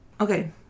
Okay